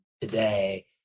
today